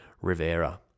Rivera